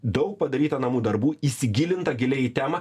daug padaryta namų darbų įsigilinta giliai į temą